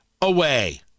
away